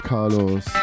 Carlos